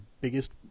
biggest